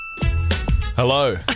Hello